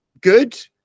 good